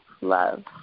love